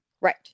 Right